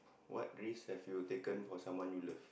what risk have you taken for someone you love